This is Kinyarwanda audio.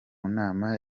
nama